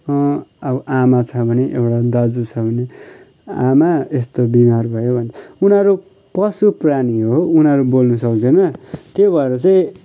अब आमा छ भने एउटा दाजु छ भने आमा यस्तो बिमार भयो भन् उनीहरू पशुप्राणि हो उनीहरू बोल्नु सक्दैन त्यो भएर चाहिँ